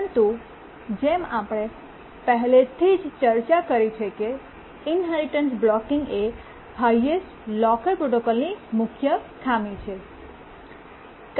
પરંતુ જેમ આપણે પહેલેથી જ ચર્ચા કરી છે કે ઇન્હેરિટન્સ બ્લૉકિંગ એ હાયેસ્ટ લોકર પ્રોટોકોલની મુખ્ય ખામી છે